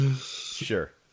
sure